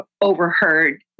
overheard